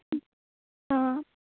ꯑꯥ